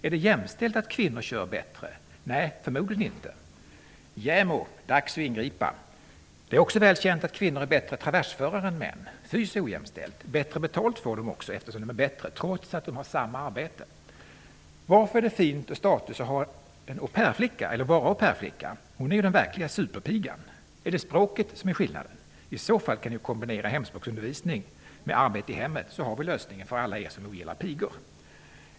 Är det jämställt att kvinnor kör bättre? Förmodligen inte! JämO! Dags att ingripa! Det är också väl känt att kvinnor är bättre traversförare än män! Fy, så ojämställt! Bättre betalt får de också eftersom de är bättre trots att de har ''samma'' Varför är det fint och status att vara au pair-flicka? Hon är ju den verkliga superpigan! Är det språket som är skillnaden? I så fall kan ni ju kombinera hemspråksundervisning med arbete i hemmet så har vi lösningen för alla er som ogillar pigor!